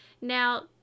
Now